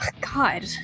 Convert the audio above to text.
God